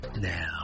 Now